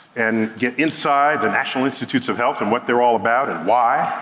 and get inside the national institutes of health and what they're all about and why.